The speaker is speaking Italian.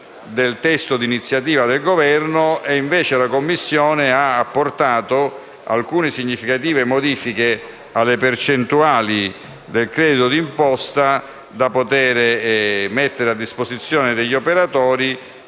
del testo di iniziativa del Governo, laddove la Commissione ha apportato alcune significative modifiche alle percentuali del credito di imposta da mettere a disposizione degli operatori.